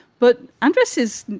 but undresses.